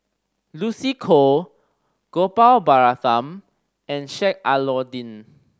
Lucy Koh Gopal Baratham and Sheik Alau'ddin